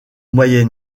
moyen